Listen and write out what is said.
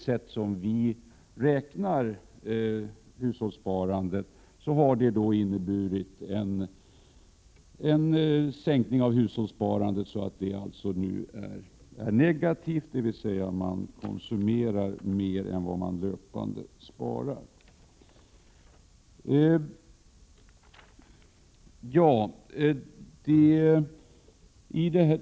Som vi räknar hushållssparande har detta då inneburit en minskning av hushållssparandet så att det nu är negativt, dvs. man konsumerar mera än vad man löpande sparar.